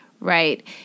Right